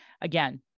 Again